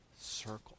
circle